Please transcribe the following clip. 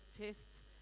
tests